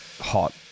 Hot